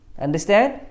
Understand